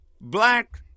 black